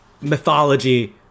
mythology